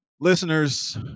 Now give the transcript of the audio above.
listeners